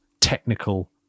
technical